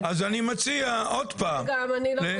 אז אני מציע, עוד פעם, גם, אני לא מרגישה בנוח.